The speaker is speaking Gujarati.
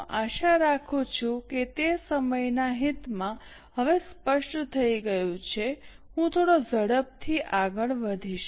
હું આશા રાખું છું કે સમયના હિતમાં હવે તે સ્પષ્ટ થઈ ગયું છે હું થોડો ઝડપથી આગળ વધીશ